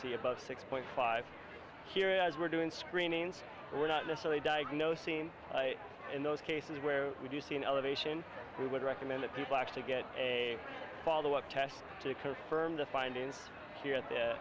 see above six point five here as we're doing screenings we're not necessarily diagnosing in those cases where we do see an elevation we would recommend that people actually get a follow up test to confirm the findings here at the